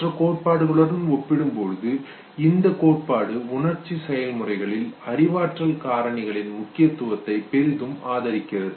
மற்ற கோட்பாடுகளுடன் ஒப்பிடும்போது இந்தக் கோட்பாடு உணர்ச்சி செயல்முறைகளில் அறிவாற்றல் காரணிகளின் முக்கியத்துவத்தை பெரிதும் ஆதரிக்கிறது